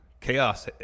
Chaos